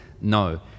no